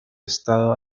estado